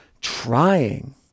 trying